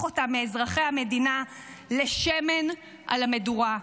אותם מאזרחי המדינה לשמן על המדורה.